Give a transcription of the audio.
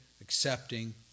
accepting